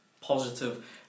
positive